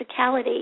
physicality